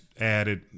added